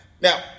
now